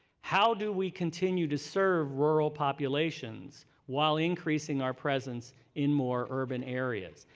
how do we continue to serve rural populations while increasing our presence in more urban areas?